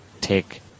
take